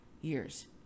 years